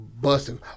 Busting